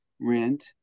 rent